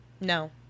No